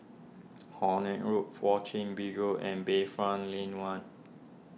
Horne Road Fourth Chin Bee Road and Bayfront Lane one